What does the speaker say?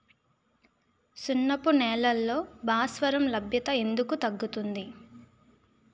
సున్నపు నేలల్లో భాస్వరం లభ్యత ఎందుకు తగ్గుతుంది?